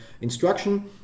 instruction